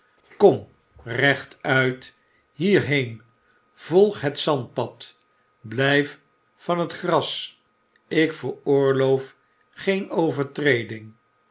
kom rechtuit hierheen volg het zandpad blyf van het gras ik veroorloof geen overtrading